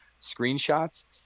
screenshots